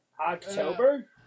October